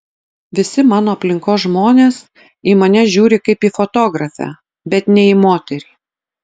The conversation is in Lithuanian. visi mano aplinkos žmonės į mane žiūri kaip į fotografę bet ne į moterį